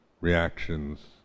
reactions